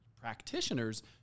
practitioners